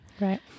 Right